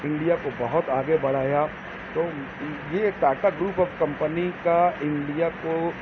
India کو بہت آگے بڑھایا تو یہ ٹاٹا گروپ آف کمپنی کا انڈیا کو